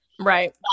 right